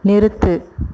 நிறுத்து